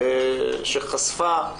שחשפה,